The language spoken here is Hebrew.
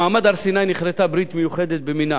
במעמד הר-סיני נכרתה ברית מיוחדת במינה